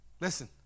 listen